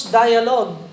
dialogue